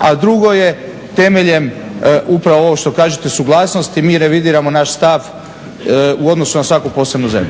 a drugo je temeljem upravo ovo što kažete suglasnosti mi revidiramo naš stav u odnosu na svaku posebnu zemlju.